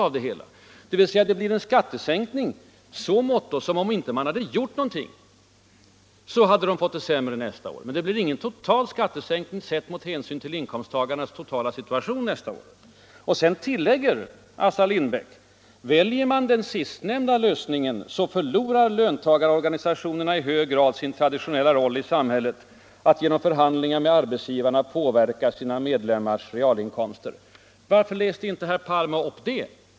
Bara i så måtto blir det en skattesänkning, att människorna skulle ha fått det sämre nästa år, om man inte gjort någonting alls. Men det blir ingen skattesänkning om man tar hänsyn till inkomsttagarnas totala situation just det året. Men Assar Lindbeck tillägger: ” Väljer man den sistnämnda lösningen så förlorar förstås löntagarorganisationerna i hög grad sin traditionella roll i samhället att genom förhandlingar med arbetsgivarna påverka sina medlemmars realinkomster.” Varför läste inte herr Palme upp den meningen?